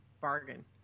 bargain